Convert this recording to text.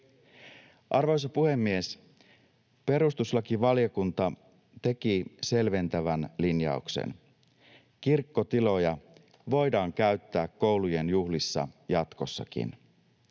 Arvoisa puhemies! Perustuslakivaliokunta teki selventävän linjauksen. Kirkkotiloja voidaan käyttää koulujen juhlissa jatkossakin.